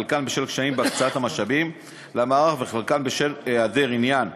חלקן בשל קשיים בהקצאת המשאבים למערך וחלקן בשל היעדר עניין.